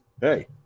hey